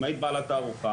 אם היית באה לתערוכה,